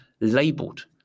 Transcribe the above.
labeled